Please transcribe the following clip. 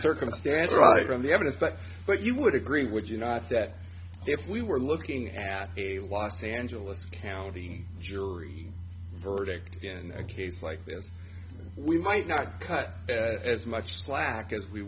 circumstance right from the evidence but what you would agree would you not that if we were looking at a los angeles county jury verdict again a case like this we might not cut as much slack as we